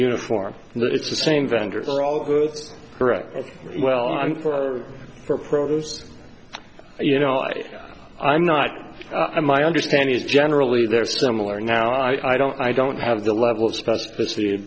uniform and it's the same vendor for all goods correct well for produce you know i i'm not i my understanding is generally they're similar now i don't i don't have the level of specificity